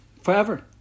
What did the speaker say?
forever